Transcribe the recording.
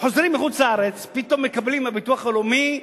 חוזרים מחוץ-לארץ, פתאום מקבלים מהביטוח הלאומי,